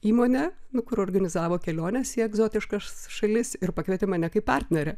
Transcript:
įmonę kur organizavo keliones į egzotiškas šalis ir pakvietė mane kaip partnerę